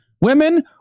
Women